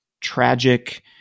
tragic